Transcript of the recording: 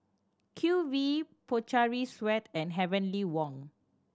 Q V Pocari Sweat and Heavenly Wang